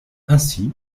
ainsi